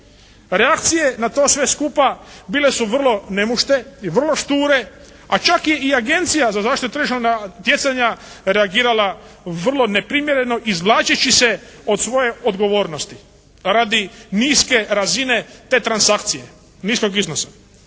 Reakcije na to sve skupa bile su vrlo nemušte i vrlo šture. A čak je i Agencija za zaštitu tržišnog natjecanja reagirala vrlo neprimjereno izvlačeći se od svoje odgovornosti radi niske razine te transakcije, niskog iznosa.